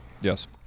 Yes